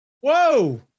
Whoa